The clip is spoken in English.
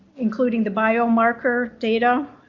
including the biomarker data.